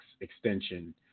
extension